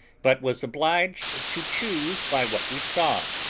but was obliged to choose by what we saw,